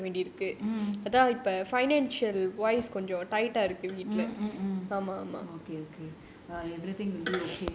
mm mm mm mm okay okay